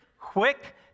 quick